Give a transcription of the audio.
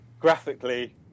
graphically